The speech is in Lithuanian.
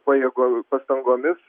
pajėgo pastangomis